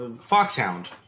foxhound